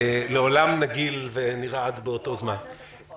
לעולם נגיל ונרעד באותו זמן.